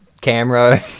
camera